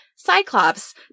Cyclops